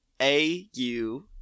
A-U-